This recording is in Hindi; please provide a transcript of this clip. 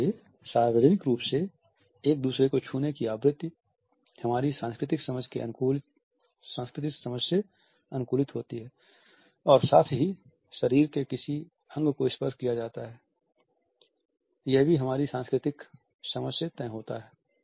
इसलिए सार्वजनिक रूप से एक दूसरे को छूने की आवृत्ति हमारी सांस्कृतिक समझ से अनुकूलित होती है और साथ ही शरीर के किस अंग को स्पर्श किया जाता है यह भी हमारी सांस्कृतिक समझ से तय होता है